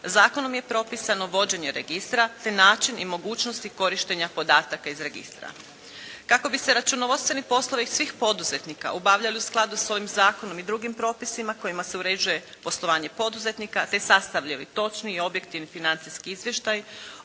Zakonom je propisano vođenje registra te način i mogućnosti korištenja podataka iz registra. Kako bi se računovodstvene poslove i svih poduzetnika obavljali u skladu s ovim Zakonom i drugim propisima kojima se uređuje poslovanje poduzetnika te sastavljali točni i objektivni financijski izvještaj,